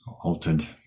altered